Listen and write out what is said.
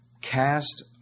cast